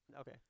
Okay